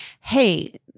hey